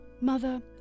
Mother